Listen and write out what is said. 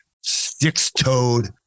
six-toed